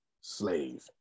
slave